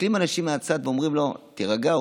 מסתכלים אנשים מהצד ואומרים לו: תירגע.